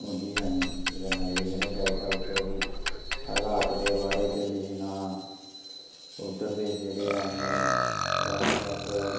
ओह्दी असें केह् करना लिखना चाहिदा ओह्दे हालात दे बारे च लिखना उद्धर दे जेह्ड़े असें बक्ख बक्ख